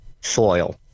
soil